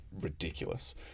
ridiculous